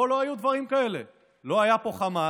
פה לא היו דברים כאלה, לא היה פה חמאס,